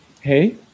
Hey